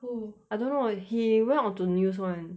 who I don't know he went onto news [one]